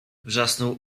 wrzasnął